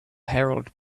herald